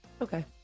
okay